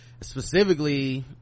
specifically